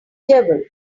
devil